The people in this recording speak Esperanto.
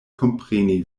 kompreni